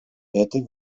этой